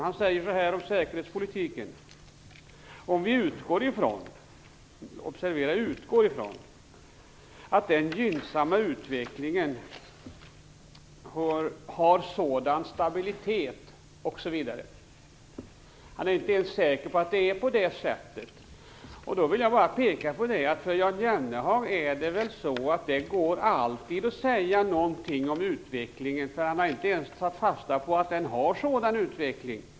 Han säger så här om säkerhetspolitiken: Om vi utgår ifrån - observera "utgår ifrån" - att den gynnsamma utvecklingen har sådan stabilitet osv. Han är inte ens säker på att det är så. För Jan Jennehag går det väl alltid att säga någonting om utvecklingen därför att han inte ens har tagit fasta på vad det är för utveckling.